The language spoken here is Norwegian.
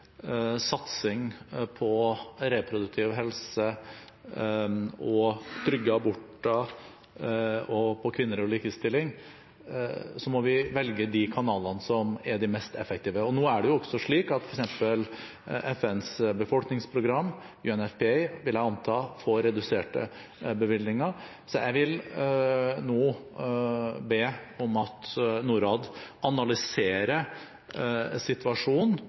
satsing på reproduktiv helse og trygge aborter og på kvinner og likestilling, må vi velge de kanalene som er de mest effektive. Nå er det slik, vil jeg anta, at f.eks. FNs befolkningsprogram – UNFPA – får reduserte bevilgninger. Jeg vil nå be om at Norad analyserer situasjonen